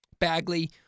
Bagley